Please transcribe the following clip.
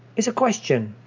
it's a question.